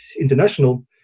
International